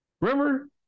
Remember